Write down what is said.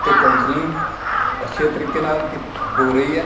ਅਤੇ ਕੌਂਸਲਿੰਗ ਅੱਛੇ ਤਰੀਕੇ ਨਾਲ ਕੀਤ ਹੋ ਰਹੀ ਹੈ